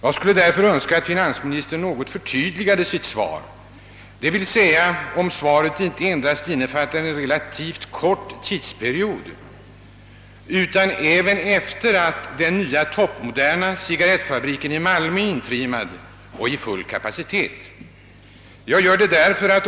Jag skulle därför önska att finansministern något förtydligade sitt svar, d.v.s. om han ville bekräfta att svaret innefattar inte endast en relativt kort tidsperiod utan även tiden efter det att den nya, toppmoderna cigarrettfabriken i Malmö är intrimmad till full kapacitet.